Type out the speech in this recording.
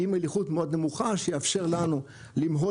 עם מליחות מאוד נמוכה שיאפשר לנו למהול